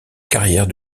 carrière